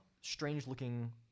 strange-looking